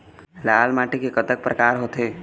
लाल माटी के कतक परकार होथे?